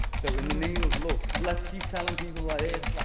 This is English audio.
so in the name of love, let's keep telling people that it